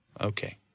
Okay